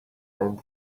and